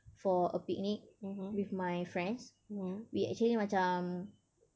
for a picnic with my friends we actually macam